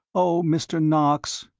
oh, mr. knox.